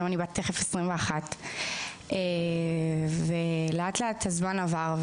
היום אני תכף בת 21. הזמן עבר,